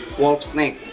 wolfsnake.